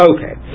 Okay